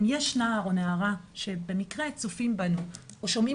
"..אם יש נער או נערה שבמקרה צופים בנו או שומעים